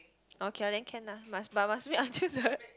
okay then can ah must but must wait until the